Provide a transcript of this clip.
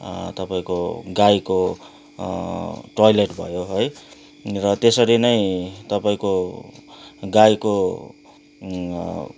तपाईँको गाईको टोइलेट भयो है र त्यसरी नै तपाईँको गाईको